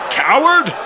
coward